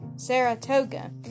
Saratoga